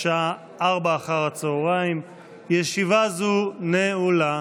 בשעה 16:00. ישיבה זו נעולה.